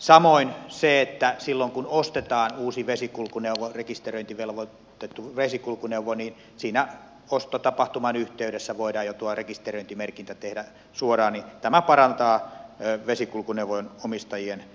samoin se että silloin kun ostetaan uusi rekisteröintivelvoitettu vesikulkuneuvo ja siinä ostotapahtuman yhteydessä voidaan jo tuo rekisteröintimerkintä tehdä suoraan parantaa vesikulkuneuvojen omistajien